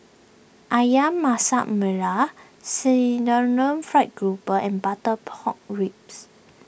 Ayam Masak Merah Fried Grouper and Butter Pork Ribs